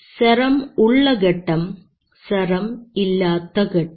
serum ഉള്ള ഘട്ടം serum ഇല്ലാത്ത ഘട്ടം